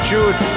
Jude